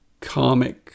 karmic